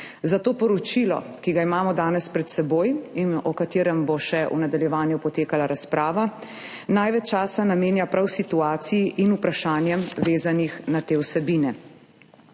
Zato poročilo, ki ga imamo danes pred seboj in o katerem bo še v nadaljevanju potekala razprava, največ časa namenja prav situaciji in vprašanjem, vezanim na te vsebine.